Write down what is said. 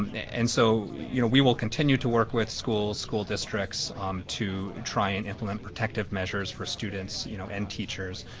and so you know we will continue to work with school school districts to try and implement tactic measures for students you know and teacher,